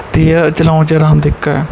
ਅਤੇ ਇਹ ਚਲਾਉਣ 'ਚ ਆਰਾਮਦਾਇਕ ਹੈ